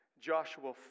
Joshua